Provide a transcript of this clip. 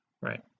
Right